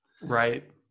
Right